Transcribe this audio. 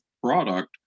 product